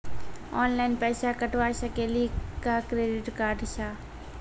Online पैसा कटवा सकेली का क्रेडिट कार्ड सा?